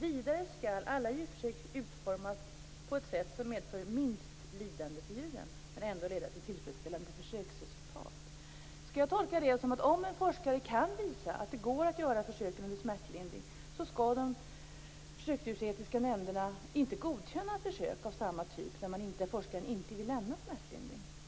Vidare skall alla djurförsök utformas på ett sätt som medför minst lidande för djuren men ändå leda till tillfredsställande försöksresultat. Skall jag tolka det som att om en forskare kan visa att det går att göra försöken under smärtlindring skall de djurförsöksetiska nämnderna inte godkänna försök av samma typ där forskaren inte vill lämna smärtlindring?